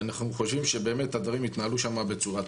ואנחנו חושבים שבאמת הדברים התנהלו שם בצורה טובה.